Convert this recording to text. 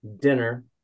dinner